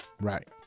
Right